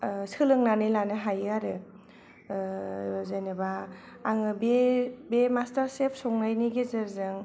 सोलोंनानै लानो हायो आरो जेनोबा आङो बे बे मास्टार सेफ संनायनि गेजेरजों